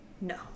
No